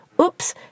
Oops